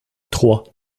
trois